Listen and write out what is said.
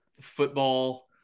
football